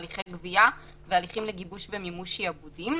הליכי גבייה והליכים לגיבוש ומימוש שעבודים.